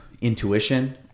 intuition